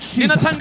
Jesus